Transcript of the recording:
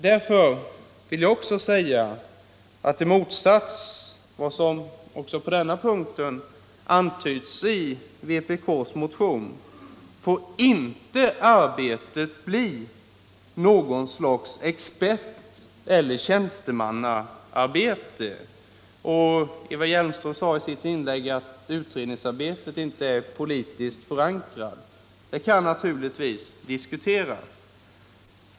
Därför vill jag också säga, i motsats till vad som antyds i vpk:s motion, att arbetet inte får bli något slags experteller tjänstemannaarbete. Eva Hjelmström sade i sitt inlägg att utredningsarbetet inte är politiskt förankrat. Det kan naturligtvis diskuteras.